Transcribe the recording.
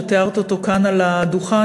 שתיארת אותו כאן על הדוכן,